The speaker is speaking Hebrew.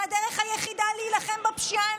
זו הדרך היחידה להילחם בפשיעה.